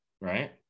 right